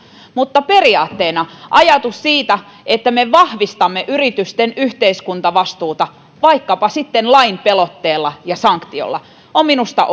mutta periaatteena ajatus siitä että me vahvistamme yritysten yhteiskuntavastuuta vaikkapa sitten lain pelotteella ja sanktiolla on minusta